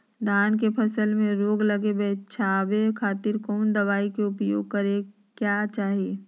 धान के फसल मैं रोग लगे से बचावे खातिर कौन दवाई के उपयोग करें क्या चाहि?